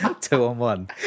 two-on-one